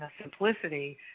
simplicity